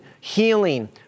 healing